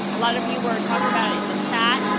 a lot of you were talking about it in the chat.